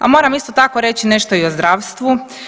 A moram isto tako reći nešto i o zdravstvu.